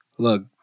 Look